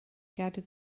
gadw